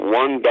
one